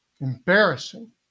embarrassing